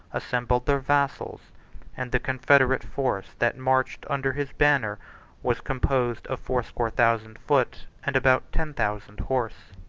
assembled their vassals and the confederate force that marched under his banner was composed of fourscore thousand foot and about ten thousand horse.